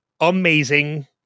amazing